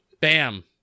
Bam